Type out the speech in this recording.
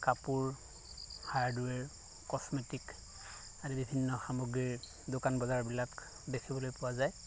কাপোৰ hardware cosmetic আদি বিভিন্ন সামগ্ৰীৰ দোকান বজাৰবিলাক দেখিবলৈ পোৱা যায়